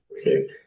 Okay